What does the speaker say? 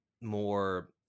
more